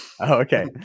Okay